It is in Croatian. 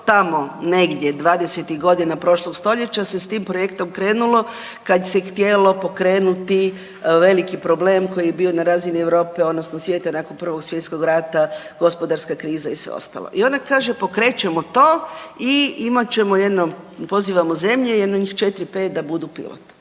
tamo negdje, 20-tih godina prošlog stoljeća se s tim projektom krenulo, kad se htjelo pokrenuti veliki problem koji je bio na razini Europe, odnosno svijeta nakon Prvog svjetskog rata, gospodarska kriza i sve ostalo. I ona kaže, pokrećemo to i imat ćemo je jedno, pozivamo zemlje, jedno njih 4-5 da budu pilot.